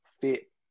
fit